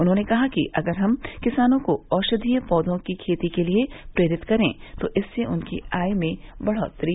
उन्होंने कहा कि अगर हम किसानों को औषधीय पौधों की खेती के लिए प्रेरित करें तो इससे उनकी आय में बढ़ोत्तरी होगी